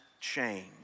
change